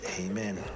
amen